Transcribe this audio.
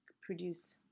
produce